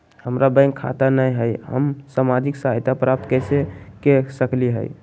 हमार बैंक खाता नई हई, हम सामाजिक सहायता प्राप्त कैसे के सकली हई?